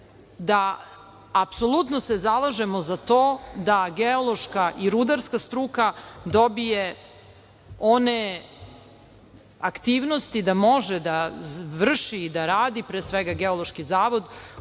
se apsolutno zalažemo za to da geološka i rudarska struka dobije one aktivnosti da može da vrši i da radi, pre svega, Geološki zavod